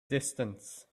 distance